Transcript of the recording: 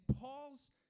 Paul's